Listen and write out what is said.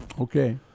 Okay